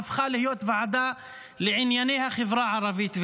הוועדה הזאת הפכה להיות ועדה לענייני החברה הערבית.